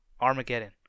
Armageddon